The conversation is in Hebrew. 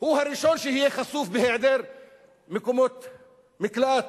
הוא הראשון שיהיה חשוף בהיעדר מקומות מקלט.